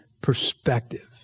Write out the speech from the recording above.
perspective